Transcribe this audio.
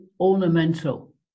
ornamental